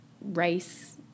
rice